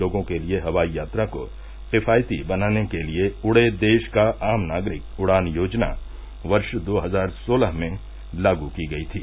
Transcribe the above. लोगों के लिए हवाई यात्रा को किफायती बनाने के लिए उड़े देश का आम नागरिक उड़ान योजना वर्ष दो हजार सोलह में लागू की गई थी